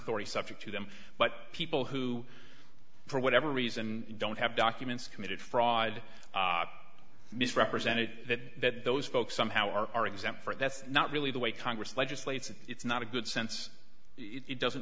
authority subject to them but people who for whatever reason don't have documents committed fraud misrepresented that those folks somehow are exempt for it that's not really the way congress legislates it's not a good sense it doesn't